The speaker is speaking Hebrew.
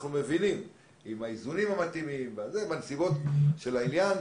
אנחנו מבינים שעם האיזונים המתאימים בנסיבות העניין,